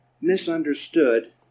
misunderstood